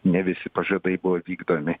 ne visi pažadai buvo vykdomi